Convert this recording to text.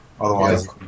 Otherwise